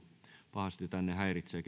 pahasti tänne ja häiritsee